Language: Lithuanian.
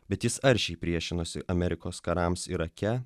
bet jis aršiai priešinosi amerikos karams irake